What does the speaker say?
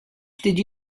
did